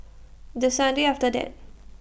The Sunday after that